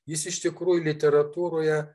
jis iš tikrųjų literatūroje